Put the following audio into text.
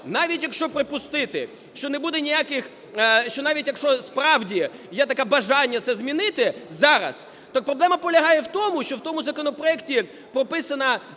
навіть якщо припустити, що не буде ніяких, що навіть якщо справді є таке бажання це змінити зараз, так проблема полягає в тому, що в тому законопроекті прописана